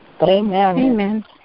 Amen